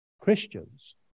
Christians